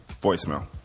voicemail